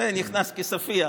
זה נכנס כספיח.